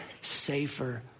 safer